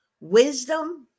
wisdom